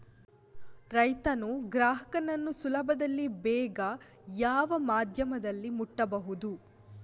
ರೈತನು ಗ್ರಾಹಕನನ್ನು ಸುಲಭದಲ್ಲಿ ಬೇಗ ಯಾವ ಮಾಧ್ಯಮದಲ್ಲಿ ಮುಟ್ಟಬಹುದು?